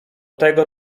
tego